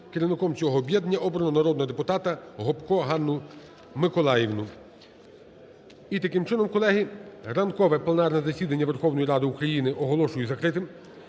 Керівником цього об'єднання обрано народного депутата Гопко Ганну Миколаївну. І, таким чином, колеги, ранкове пленарне засідання Верховної Ради України оголошую закритим.